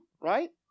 right